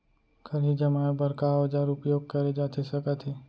खरही जमाए बर का औजार उपयोग करे जाथे सकत हे?